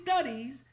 studies